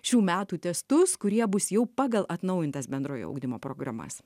šių metų testus kurie bus jau pagal atnaujintas bendrojo ugdymo programas